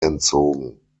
entzogen